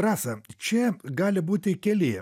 rasa čia gali būti keli